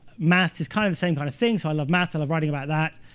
maths is kind of the same kind of thing, so i love maths. i love writing about that.